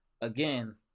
again